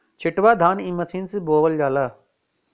छिटवा धान इ मशीन से बोवल जाला